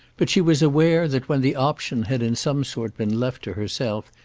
but she was aware that when the option had in some sort been left to herself,